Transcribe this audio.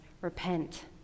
repent